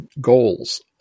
goals